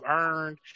earned